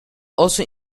also